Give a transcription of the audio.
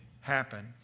happen